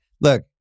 Look